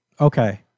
Okay